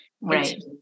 Right